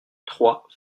trois